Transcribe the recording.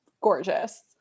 Gorgeous